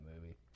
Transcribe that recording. movie